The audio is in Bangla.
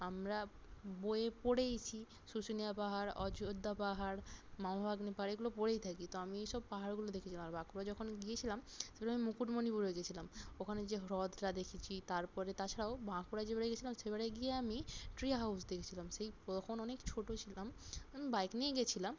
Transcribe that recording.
আমরা বইয়ে পড়েছি শুশুনিয়া পাহাড় অযোধ্যা পাহাড় মামাভাগ্নে পাহাড় এগুলো পড়েই থাকি তো আমি এইসব পাহাড়গুলো দেখেছিলাম আর বাঁকুড়া যখন গিয়েছিলাম তখন আমি মুকুটমণিপুর হয়ে গেছিলাম ওখানে যে হ্রদটা দেখেছি তারপরে তাছাড়াও বাঁকুড়া যেবারে গেছিলাম সেবারে গিয়ে আমি ট্রি হাউস দেখেছিলাম সেই তখন অনেক ছোট ছিলাম আমি বাইক নিয়েই গেছিলাম